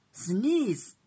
sneeze